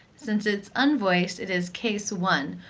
since it is unvoiced, it is case one,